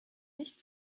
nicht